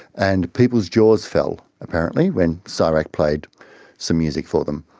and people's jaws fell apparently when so csirac played some music for them.